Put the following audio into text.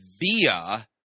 via